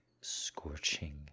scorching